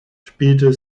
spielte